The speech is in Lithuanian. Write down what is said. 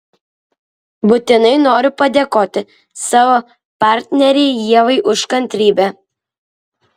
būtinai noriu padėkoti savo partnerei ievai už kantrybę